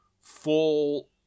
full